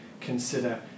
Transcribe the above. consider